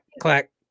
clack